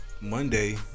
Monday